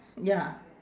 ya